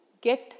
get